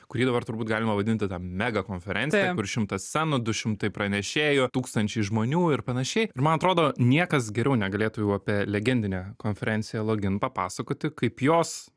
kurį dabar turbūt galima vadinti ta mega konferencija kur šimtas scenų du šimtai pranešėjų tūkstančiai žmonių ir panašiai ir man atrodo niekas geriau negalėtų jau apie legendinę konferenciją login papasakoti kaip jos